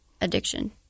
addiction